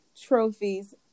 trophies